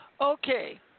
Okay